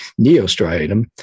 neostriatum